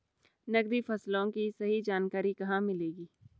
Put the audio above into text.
नकदी फसलों की सही जानकारी कहाँ मिलेगी?